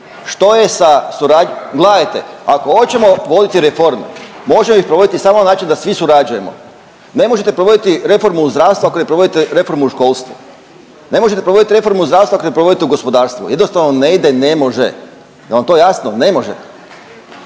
Što je sa .../nerazumljivo/... gledajte, ako hoćemo voditi reforme, može ih provoditi samo na način da svi surađujemo. Ne možete provoditi reformu u zdravstvu, ako ne provodite reformu u školsku. Ne možete provoditi reformu zdravstva ako ne provodite u gospodarstvu. Jednostavno ne ide, ne može. Je li vam to jasno? Ne može.